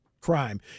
crime